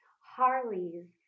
Harley's